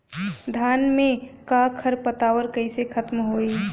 धान में क खर पतवार कईसे खत्म होई?